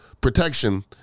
protection